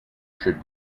should